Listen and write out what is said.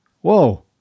whoa